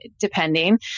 depending